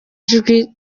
ijwi